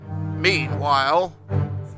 Meanwhile